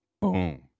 Boom